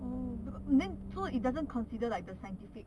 oh becau~ then so it doesn't consider the scientific